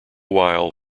while